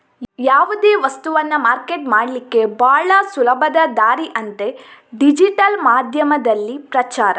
ಯಾವುದೇ ವಸ್ತವನ್ನ ಮಾರ್ಕೆಟ್ ಮಾಡ್ಲಿಕ್ಕೆ ಭಾಳ ಸುಲಭದ ದಾರಿ ಅಂದ್ರೆ ಡಿಜಿಟಲ್ ಮಾಧ್ಯಮದಲ್ಲಿ ಪ್ರಚಾರ